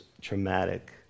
traumatic